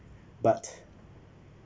but